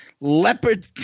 leopard